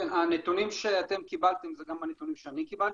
הנתונים שקיבלתם הם גם הנתונים שאני קיבלתי.